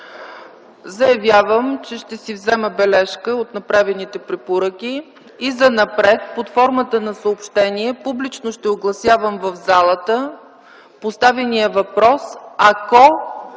заявявам, че ще си взема бележка от направените препоръки и занапред под формата на съобщение публично ще огласявам в залата поставения въпрос, ако